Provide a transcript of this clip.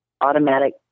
automatic